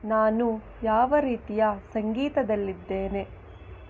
ನಾನು ಯಾವ ರೀತಿಯ ಸಂಗೀತದಲ್ಲಿದ್ದೇನೆ